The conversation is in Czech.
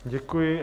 Děkuji.